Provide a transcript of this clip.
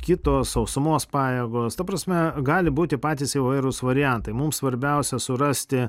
kitos sausumos pajėgos ta prasme gali būti patys įvairūs variantai mums svarbiausia surasti